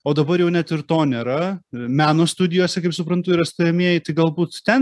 o dabar jau net ir to nėra meno studijose kaip suprantu yra stojamieji tai galbūt ten